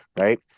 right